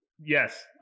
yes